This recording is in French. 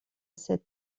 cet